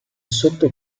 sotto